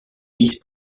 vice